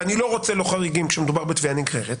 ואני לא רוצה חריגים כשמדובר בתביעה נגררת,